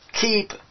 keep